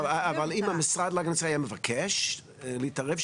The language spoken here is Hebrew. אבל אם המשרד להגנת הסביבה היה מבקש להתערב,